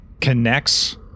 connects